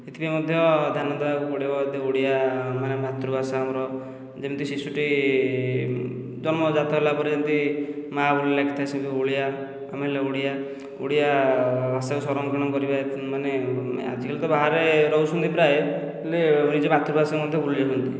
ସେଥିପାଇଁ ମଧ୍ୟ ଧ୍ୟାନ ଦେବାକୁ ପଡ଼ିବ ଯଦି ଓଡ଼ିଆ ମାନେ ମାତୃଭାଷା ଆମର ଯେମିତି ଶିଶୁଟି ଜନ୍ମ ଜାତ ହେଲା ପରେ ଯେମିତି ମା ବୋଲି ଡାକିଥାଏ ସେମିତି ଓଡ଼ିଆ ଆମେ ହେଲେ ଓଡ଼ିଆ ଓଡ଼ିଆ ଭାଷାକୁ ସରଂକ୍ଷଣ କରିବା ମାନେ ଆଜି କାଲି ତ ବାହାରେ ରହୁଛନ୍ତି ପ୍ରାୟ ହେଲେ ନିଜେ ମାତୃଭାଷାକୁ ମଧ୍ୟ ଭୁଲି ଯାଉଛନ୍ତି